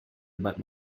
about